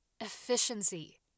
efficiency